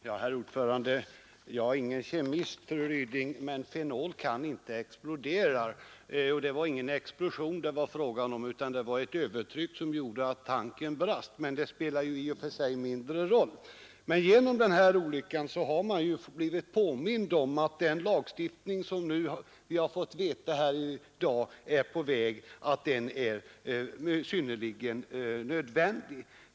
Herr talman! Jag är inte kemist, fru Ryding, men jag vet att fenol inte kan explodera. Och det var ingen explosion det gällde, utan det var ett övertryck som gjorde att tanken brast. Det spelar emellertid i och för sig mindre roll. Men genom olyckan har man blivit påmind om att den lagstiftning, som vi i dag hört är på väg, är helt nödvändig.